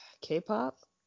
K-pop